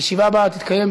הישיבה הבאה תתקיים,